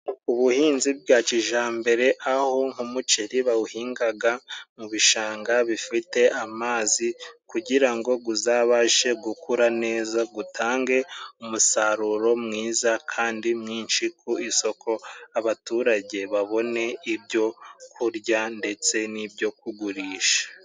Ubuhinzi bwa kijambere, aho nk'umuceri bawuhingaga mu bishanga bifite amazi kugira ngo guzabashe gukura neza gutange umusaruro mwiza kandi mwinshi ku isoko, abaturage babone ibyo kurya ndetse n'ibyo kugurisha.